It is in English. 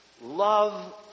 Love